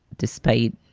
despite